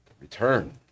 Return